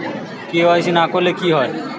KYC না করলে কি হয়?